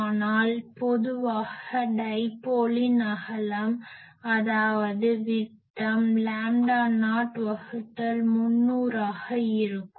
ஆனால் பொதுவாக டைப்போலின் அகலம் அதாவது விட்டம் லாம்டா நாட் வகுத்தல் 300 ஆக இருக்கும்